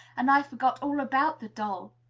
and i forgot all about the doll.